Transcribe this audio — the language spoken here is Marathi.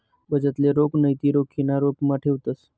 बचतले रोख नैते रोखीना रुपमा ठेवतंस